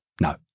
No